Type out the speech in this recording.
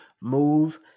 move